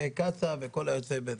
קצא"א וכל היוצא בזה.